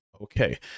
Okay